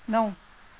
नौ